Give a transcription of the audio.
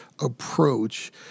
approach